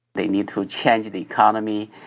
they need to change the economy,